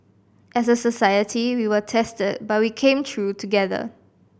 as a society we were tested but we came through together